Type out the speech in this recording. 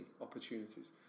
opportunities